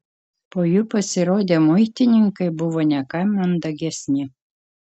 po jų pasirodę muitininkai buvo ne ką mandagesni